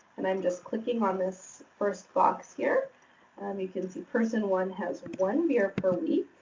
and i'm just clicking on this first box here you can see person one has one beer per week.